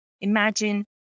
imagine